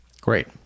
Great